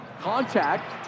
Contact